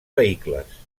vehicles